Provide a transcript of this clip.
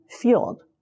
fueled